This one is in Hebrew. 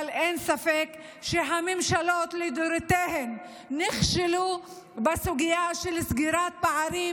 אבל אין ספק שהממשלות לדורותיהן נכשלו בסוגיה של סגירת פערים